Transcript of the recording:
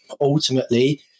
ultimately